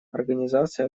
организации